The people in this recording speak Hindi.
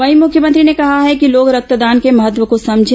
वहीं मुख्यमंत्री ने कहा है कि लोग रक्तदान के महत्व को समझें